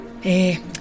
hey